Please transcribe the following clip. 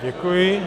Děkuji.